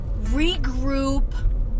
regroup